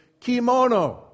kimono